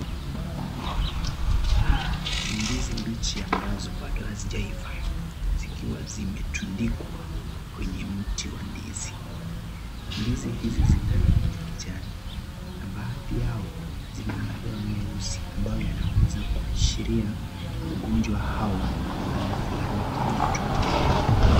Ndizi mbichi ambazo bado hazijaiva zikiwa zimetunikwa kwenye mti wa ndizi. Ndizi hizi zina rangi ya kijani na baadhi yao zina madoa meusi ambayo yanaweza kuashiria ugonjwa au hali fulani kwenye tunda.